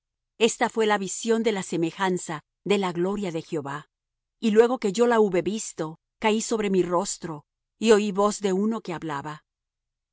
esta fué la visión de la semejanza de la gloria de jehová y luego que yo la hube visto caí sobre mi rostro y oí voz de uno que hablaba